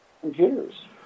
computers